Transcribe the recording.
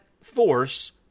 force